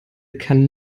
kann